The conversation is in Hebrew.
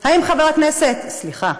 האם חבר הכנסת, סליחה,